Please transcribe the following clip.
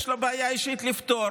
יש לו בעיה אישית לפתור,